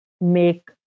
make